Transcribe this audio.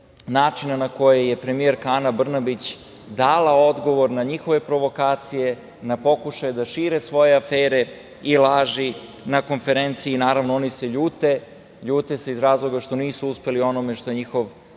načina na koji je premijerka Ana Brnabić dala odgovor na njihove provokacije, na pokušaje da šire svoje afere i laži na konferenciji. Naravno, ni se ljute, ljute se iz razloga što nisu uspeli u onome što je njihov